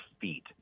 feet